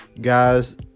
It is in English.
guys